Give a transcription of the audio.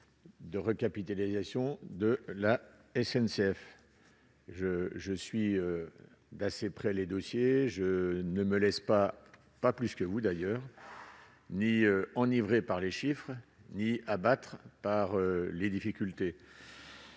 la recapitalisation de la SNCF. Je suis d'assez près ces dossiers et je ne me laisse pas plus que vous, mon cher collègue, enivrer par les chiffres ou abattre par les difficultés.